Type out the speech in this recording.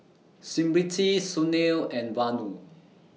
Smriti Sunil and Vanu